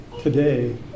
today